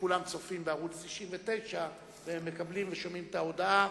שכולם צופים בערוץ-99 והם מקבלים ושומעים את ההודעה,